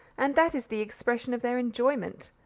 and that is the expression of their enjoyment.